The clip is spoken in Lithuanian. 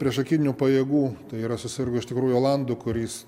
priešakinių pajėgų tai yra susirgo iš tikrųjų olandų kuris